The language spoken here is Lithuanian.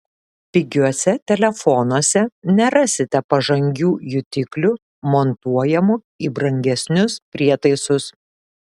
pigiuose telefonuose nerasite pažangių jutiklių montuojamų į brangesnius prietaisus